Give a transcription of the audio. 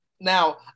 now